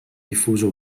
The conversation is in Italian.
diffuso